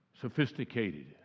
sophisticated